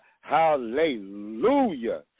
hallelujah